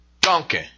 Duncan